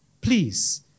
please